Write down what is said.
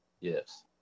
Yes